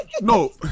no